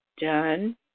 done